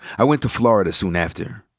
i went to florida soon after.